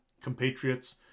compatriots